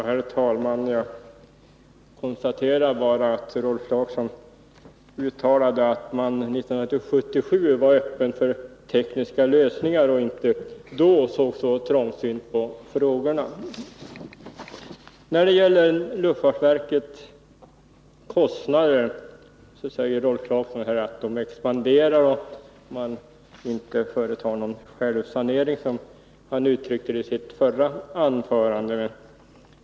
Herr talman! Jag konstaterar bara att Rolf Clarkson uttalade att man 1977 var öppen för tekniska lösningar och då inte såg så trångsynt på frågorna. När det gäller luftfartsverkets kostnader säger Rolf Clarkson att dessa expanderar och att, som han uttryckte det i sitt förra anförande, verket inte genomför någon självsanering.